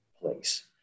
place